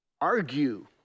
argue